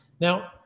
Now